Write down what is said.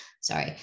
sorry